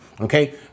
Okay